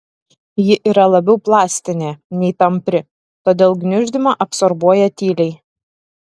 ji yra labiau plastinė nei tampri todėl gniuždymą absorbuoja tyliai